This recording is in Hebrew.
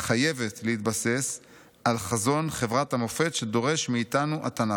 חייבת להתבסס על חזון חברת המופת שדורש מאיתנו התנ"ך.